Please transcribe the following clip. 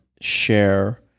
share